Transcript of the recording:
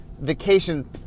vacation